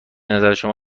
نظر